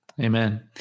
Amen